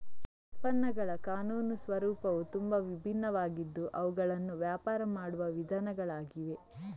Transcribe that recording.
ಉತ್ಪನ್ನಗಳ ಕಾನೂನು ಸ್ವರೂಪವು ತುಂಬಾ ವಿಭಿನ್ನವಾಗಿದ್ದು ಅವುಗಳನ್ನು ವ್ಯಾಪಾರ ಮಾಡುವ ವಿಧಾನಗಳಾಗಿವೆ